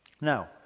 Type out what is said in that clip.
Now